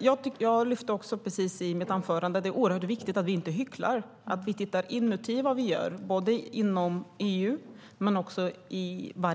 dem. Jag lyfte precis i mitt anförande att det är oerhört viktigt att vi inte hycklar, att vi tittar på vad vi gör både inom EU och i varje land.